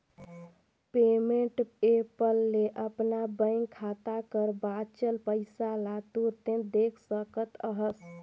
payment app ले अपन bank खाता कर बांचल पइसा ल तुरते देख सकत अहस